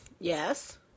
yes